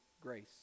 grace